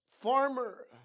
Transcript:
farmer